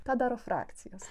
tą daro frakcijos